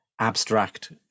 abstract